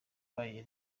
wayo